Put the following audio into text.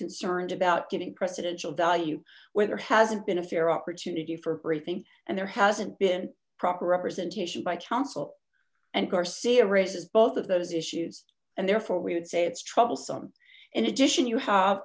concerned about getting presidential value where there hasn't been a fair opportunity for briefing and there hasn't been proper representation by counsel and garcia raises both of those issues and therefore we would say it's troublesome in addition you have